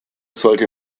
sollte